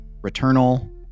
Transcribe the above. Returnal